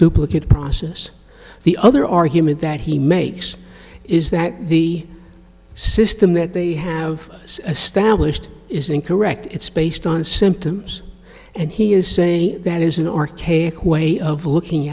duplicate process the other argument that he makes is that the system that they have a stablished is incorrect it's based on symptoms and he is saying that is an archaic way of looking